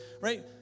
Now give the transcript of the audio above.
right